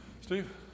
Steve